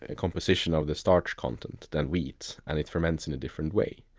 ah composition of the starch content than wheat and it ferments in a different way.